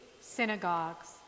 synagogues